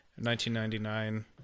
1999